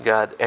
God